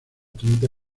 treinta